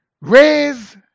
raise